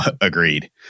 agreed